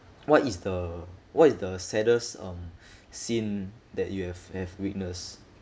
what is the what is the saddest um scene that you have have witness